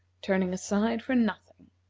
turning aside for nothing.